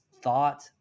thought